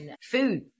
food